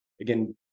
again